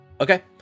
Okay